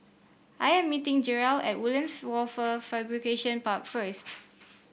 I am meeting Jerel at Woodlands Wafer Fabrication Park first